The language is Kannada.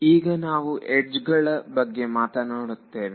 ಈಗ ನಾವು ಎಡ್ಜ್ ಗಳ ಬಗ್ಗೆ ಮಾತನಾಡುತ್ತಿದ್ದೇವೆ